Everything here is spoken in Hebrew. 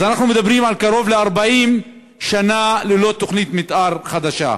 אז אנחנו מדברים על קרוב ל-40 שנה ללא תוכנית מתאר חדשה.